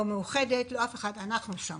לא מאוחדת, לא אף אחד אנחנו שם.